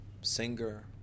singer